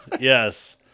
Yes